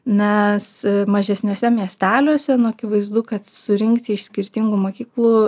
nes mažesniuose miesteliuose nu akivaizdu kad surinkti iš skirtingų mokyklų